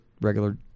regular